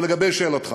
אבל לגבי שאלתך